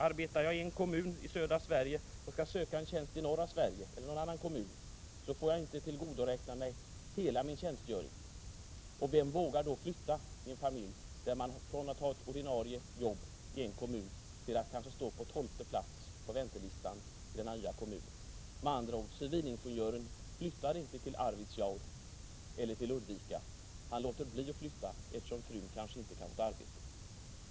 Arbetar jag i en kommun i södra Sverige och skall söka en tjänst i en kommun i norra Sverige, får jag inte tillgodoräkna mig hela min tjänstgöring. Vem vågar då flytta med sin familj, om man från att ha ett ordinarie jobb i en kommun kanske hamnar på tolfte plats på väntelistan i den nya kommunen? Civilingenjören flyttar inte till Arvidsjaur eller till Ludvika. Han låter bli att flytta, eftersom frun kanske inte kan få något arbete.